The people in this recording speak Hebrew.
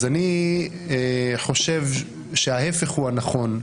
אז אני חושב שההפך הוא הנכון.